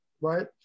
right